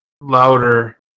louder